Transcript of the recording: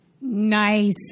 Nice